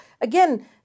Again